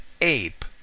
ape